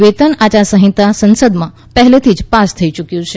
વેતન આયારસંહિતા સંસદમાં પહેલાથી જ પાસ થઇ યુકયું છે